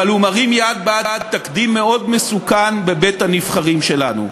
אבל הוא מרים יד בעד תקדים מאוד מסוכן בבית-הנבחרים שלנו.